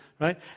right